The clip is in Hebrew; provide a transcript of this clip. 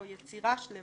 או יצירה שלימה.